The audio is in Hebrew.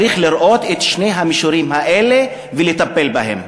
צריך לראות את שני המישורים האלה ולטפל בהם.